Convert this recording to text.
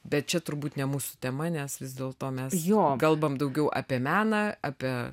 bet čia turbūt ne mūsų tema nes vis dėl to mes kalbam daugiau apie meną apie